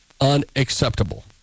Unacceptable